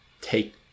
take